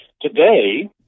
Today